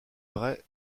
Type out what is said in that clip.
vrai